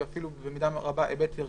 ואפילו במידה רבה היבט ערכי,